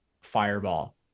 Fireball